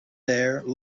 there